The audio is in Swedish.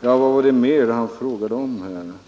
Sedan vet jag inte om det var något mer Elver Jonsson frågade om.